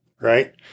Right